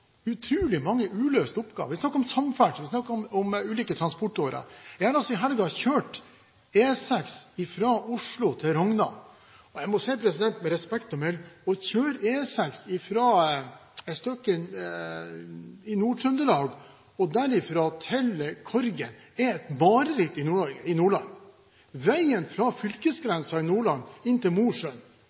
utrolig mange uløste oppgaver. Vi snakker om samferdsel. Vi snakker om ulike transportårer. Jeg kjørte i helgen E6 fra Oslo til Rognan. Jeg må si, med respekt å melde: Å kjøre E6 fra et stykke i Nord-Trøndelag og derfra til Korgen i Nordland er et mareritt. Veien fra fylkesgrensen i Nordland